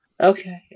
Okay